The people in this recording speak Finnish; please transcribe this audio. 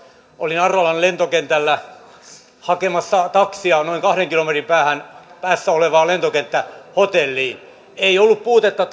olin arlandan lentokentällä hakemassa taksia noin kahden kilometrin päässä olevaan lentokenttähotelliin ei ollut puutetta